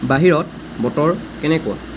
বাহিৰত বতৰ কেনেকুৱা